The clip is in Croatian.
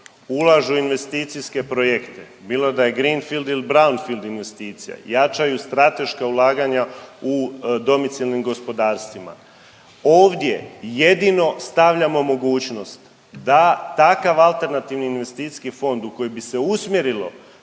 ulažu u investicijske projekte, bilo da je greenfield ili brownfield investicija, jačaju strateška ulaganja u domicilnim gospodarstvima. Ovdje jedino stavljamo mogućnost da takav alternativni investicijski fond u koji bi se usmjerilo